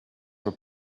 for